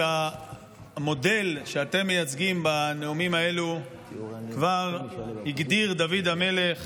את המודל שאתם מייצגים בנאומים האלה כבר הגדיר דוד המלך